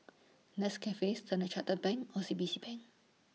Nescafe Standard Chartered Bank O C B C Bank